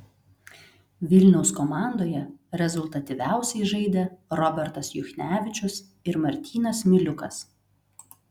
vilniaus komandoje rezultatyviausiai žaidė robertas juchnevičius ir martynas miliukas